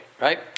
right